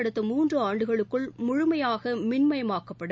அடுத்த மூன்று ஆண்டுகளுக்குள் முழுமையாக மின்மயமாக்கப்படும்